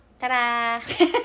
ta-da